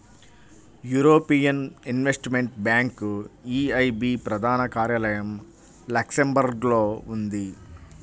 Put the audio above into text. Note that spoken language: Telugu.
యూరోపియన్ ఇన్వెస్టిమెంట్ బ్యాంక్ ఈఐబీ ప్రధాన కార్యాలయం లక్సెంబర్గ్లో ఉంది